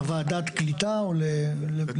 לוועדת הקליטה או למי?